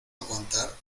aguantar